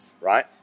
Right